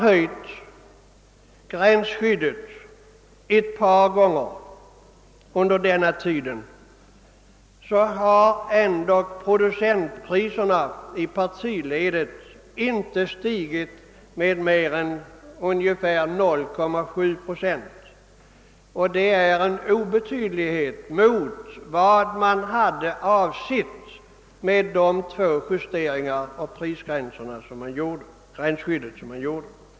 Trots att gränsskyddet har höjts ett par gånger under denna tid har producentpriserna i partiledet inte stigit med mer än ungefär 0,7 procent, och det är en obetydlighet i jämförelse med vad man hade avsett med de två justeringarna av gränsskyddet.